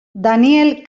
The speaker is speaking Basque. daniel